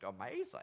amazing